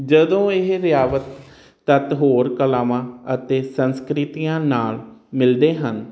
ਜਦੋਂ ਇਹ ਨਿਆਵਤ ਤੱਤ ਹੋਰ ਕਲਾਵਾਂ ਅਤੇ ਸੰਸਕ੍ਰਿਤੀਆਂ ਨਾਲ ਮਿਲਦੇ ਹਨ